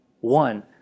one